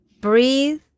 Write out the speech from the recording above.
breathe